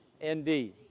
indeed